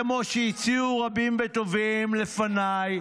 כמו שהציעו רבים וטובים לפניי,